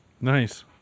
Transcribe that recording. Nice